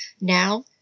now